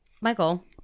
Michael